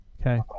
okay